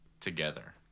Together